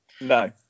no